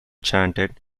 chanted